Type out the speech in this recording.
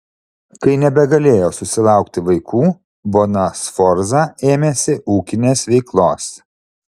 kai nebegalėjo susilaukti vaikų bona sforza ėmėsi ūkinės veiklos